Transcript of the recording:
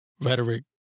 rhetoric